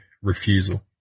Refusal